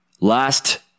Last